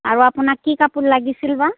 আৰু আপোনাক কি কাপোৰ লাগিছিল বা